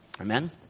Amen